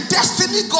destiny